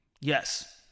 Yes